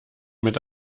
mit